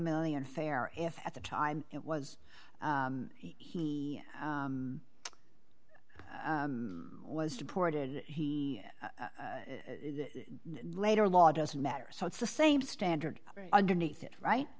million fair if at the time it was he was deported later law doesn't matter so it's the same standard underneath it right